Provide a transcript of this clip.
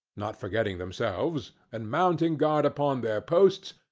not forgetting themselves, and mounting guard upon their posts,